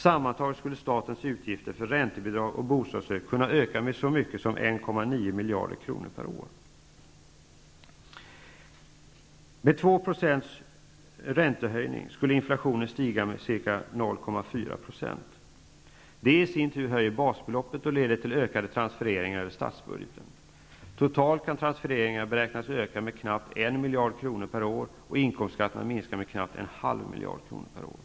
Sammantaget skulle statens utgifter för räntebidrag och bostadsstöd kunna öka med så mycket som 1,9 miljarder kronor per år. Med 2 % räntehöjning skulle inflationen stiga med ca 0,4 %, vilket i sin tur skulle höja basbeloppet och leda till ökade transfereringar över statsbudgeten. Totalt kan transfereringarna beräknas öka med knappt 1 miljard kronor per år, och inkomstskatterna minska med knappt 0,5 miljarder kronor per år.